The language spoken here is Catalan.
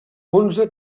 onze